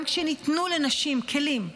גם כשניתנו לנשים כלים בחוק,